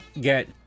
get